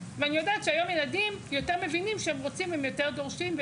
ואני יודעת שהיום ילדים יותר מבינים שהם רוצים הם יותר דורשים,